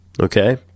okay